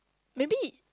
maybe